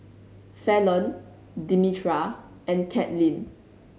Fallon Demetra and Katlin